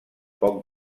poc